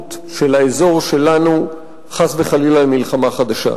ההידרדרות של האזור שלנו, חס וחלילה, למלחמה חדשה.